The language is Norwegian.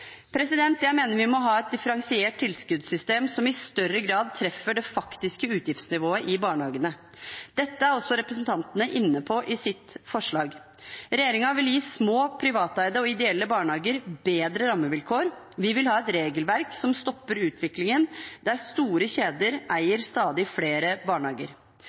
Jeg mener vi må ha et differensiert tilskuddssystem som i større grad treffer det faktiske utgiftsnivået i barnehagene. Dette er også representantene inne på i sitt forslag. Regjeringen vil gi små privateide og ideelle barnehager bedre rammevilkår. Vi vil ha et regelverk som stopper utviklingen der store kjeder eier stadig flere barnehager.